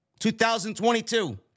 2022